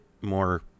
more